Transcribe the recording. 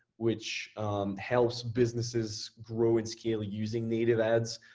which helps businesses grow in scale using native ads.